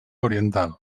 oriental